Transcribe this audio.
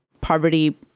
poverty